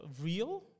real